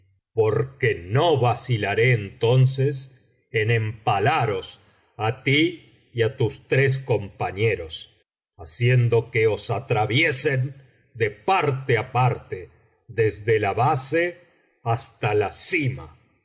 porque no vacilaré entonces en empalaros á ti y á tus tres compañeros haciendo que os atraviesen de parte á parte desde la base hasta la cima